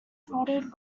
folded